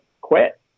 quit